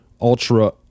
ultra